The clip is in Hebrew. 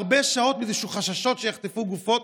הרבה שעות בגלל איזשהם חששות שיחטפו גופות,